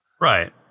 right